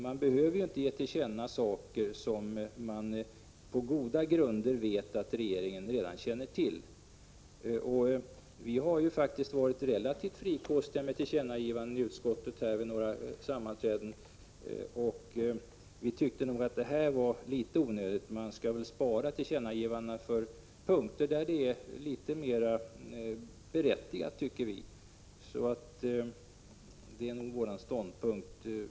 Man behöver ju inte ge till känna saker som man på goda grunder vet att regeringen redan känner till. Utskottet har faktiskt varit relativt frikostigt med tillkännagivanden vid några sammanträden, men vi ansåg att detta var litet onödigt. Man skall väl spara tillkännagivandena för punkter där det är mer berättigat — det är vår ståndpunkt.